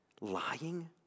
lying